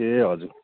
ए हजुर